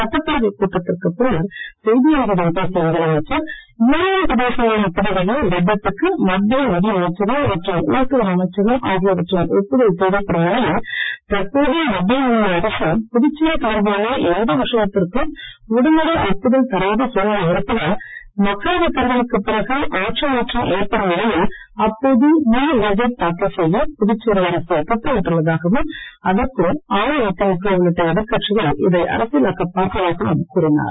சட்டப்பேரவைக் கூட்டத்திற்குப் பின்னர் தொடர்ந்து செய்தியாளர்களிடம் பேசிய முதலமைச்சர் யூனியன் பிரதேசமான புதுவையில் பட்ஜெட்டுக்கு மத்திய நிதி அமைச்சகம் மற்றும் உள்துறை அமைச்சகம் ஆகியவற்றின் ஒப்புதல் தேவைப்படும் நிலையில் தற்போது மத்தியில் உள்ள அரசு புதுச்சேரி தொடர்பான எந்த விஷயத்திற்கும் உடனடி ஒப்புதல் தராத சூழ்நிலை இருப்பதால் மக்களவைத் தேர்தலுக்குப் பிறகு ஆட்சி மாற்றம் ஏற்படும் நிலையில் அப்போது முழு பட்ஜெட் தாக்கல் செய்ய புதுச்சேரி அரசு திட்டமிட்டுள்ளதாகவும் அதற்குள் அஇஅதிமுக உள்ளிட்ட எதிர்க்கட்சிகள் இதை அரசியலாக்கப் பார்ப்பதாகவும் கூறினார்